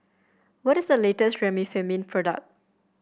what is the latest Remifemin product